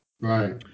Right